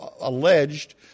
alleged